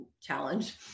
challenge